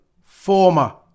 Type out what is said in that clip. former